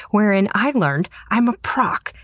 wherein i learned i'm a proc,